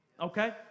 Okay